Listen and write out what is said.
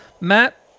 Matt